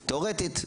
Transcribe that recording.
תיאורטית,